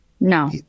No